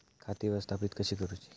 खाती व्यवस्थापित कशी करूची?